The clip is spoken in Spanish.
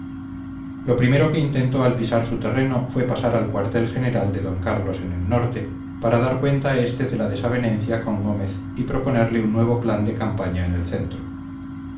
lo primero que intentó al pisar su terreno fue pasar al cuartel general de d carlos en el norte para dar cuenta a este de la desavenencia con gómez y proponerle un nuevo plan de campaña en el centro